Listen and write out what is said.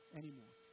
anymore